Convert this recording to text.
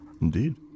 Indeed